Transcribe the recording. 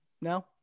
No